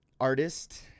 artist